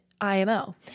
IMO